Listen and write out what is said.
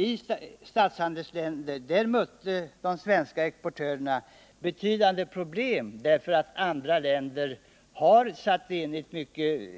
I statshandelsländerna mötte nämligen de svenska exportörerna betydande problem, eftersom andra länder där tillämpar ett mycket